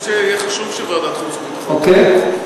אני חושב שיהיה חשוב שוועדת החוץ והביטחון, אוקיי.